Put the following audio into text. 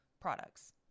products